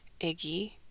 Iggy